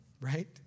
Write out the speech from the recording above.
right